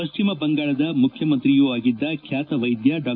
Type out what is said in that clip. ಪಠ್ಚಿಮ ಬಂಗಾಳದ ಮುಖ್ಚುಮಂತ್ರಿಯೊ ಆಗಿದ್ದ ಖ್ಚಾತ ವೈದ್ಯ ಡಾ